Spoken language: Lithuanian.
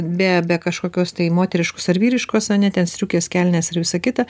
be be kažkokios tai moteriškos ar vyriškos ane ten striukės kelnės ar visa kita